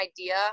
idea